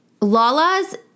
Lala's